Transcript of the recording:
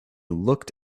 looked